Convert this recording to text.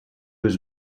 was